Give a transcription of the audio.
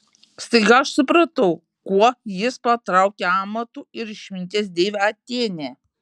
staiga aš supratau kuo jis patraukė amatų ir išminties deivę atėnę